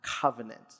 covenant